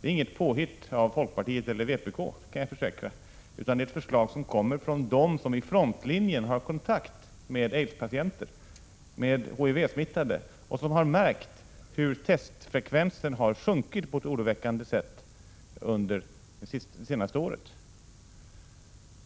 Jag kan försäkra att det inte är något påhitt av folkpartiet eller vpk, utan förslaget kommer från dem som i frontlinjen har kontakt med aidspatienter, med HIV-smittade, och som har märkt hur testfrekvensen har sjunkit på ett oroväckande sätt under det senaste året.